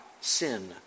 sin